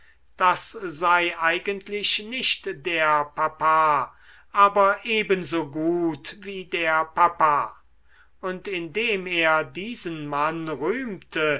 das sei eigentlich nicht der papa aber ebensogut wie der papa und indem er diesen mann rühmte